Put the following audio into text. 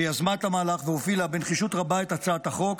שיזמה את המהלך והובילה בנחישות רבה את הצעת החוק,